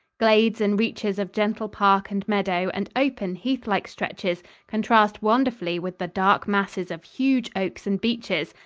glades and reaches of gentle park and meadow and open, heathlike stretches contrast wonderfully with the dark masses of huge oaks and beeches,